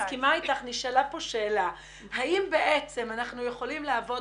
נשאלה כאן שאלה האם בעצם אנחנו יכולים לעבוד